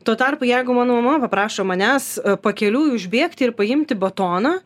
tuo tarpu jeigu mano mama paprašo manęs pakeliui užbėgti ir paimti batoną